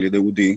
אודי,